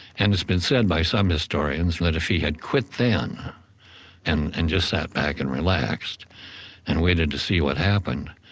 and it's been said by some historians that if he had quit then and and just sat back and relaxed and waited to see what happened,